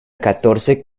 catorce